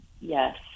Yes